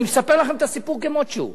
אני מספר לכם את הסיפור כמות שהוא.